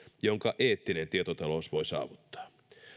jonka eettinen tietotalous voi saavuttaa